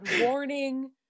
warning